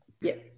Yes